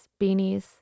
beanies